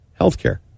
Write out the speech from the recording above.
Healthcare